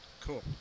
Cool